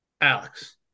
Alex